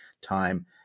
time